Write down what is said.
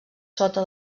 sota